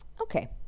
okay